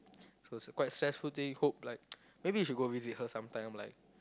so it's a quite stressful thing hope like maybe we should go visit her sometime like